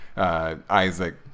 Isaac